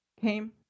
came